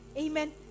Amen